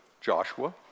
Joshua